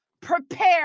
prepare